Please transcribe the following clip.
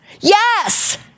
Yes